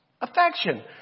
affection